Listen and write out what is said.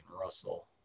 Russell